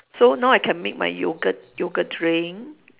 so now I can make my yogurt yogurt drink